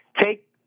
Take